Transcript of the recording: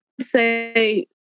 say